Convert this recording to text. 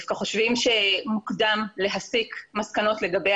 דווקא חושבים שמוקדם להסיק מסקנות לגבי